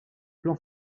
plan